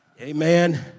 amen